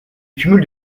cumul